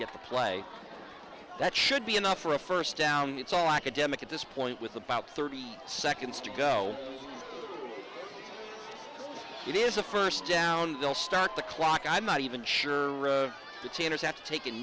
get the play that should be enough for a first down it's all academic at this point with about thirty seconds to go before it is a first down they'll start the clock i'm not even sure